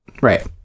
right